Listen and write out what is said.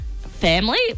family